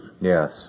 Yes